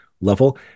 level